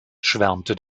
schwärmte